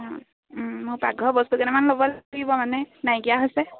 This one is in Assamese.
মোৰ পাকঘৰৰ বস্তু কেইটামান ল'ব লাগিব মানে নাইকিয়া হৈছে